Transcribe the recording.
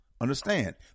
Understand